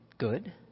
Good